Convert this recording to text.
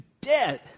dead